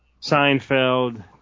Seinfeld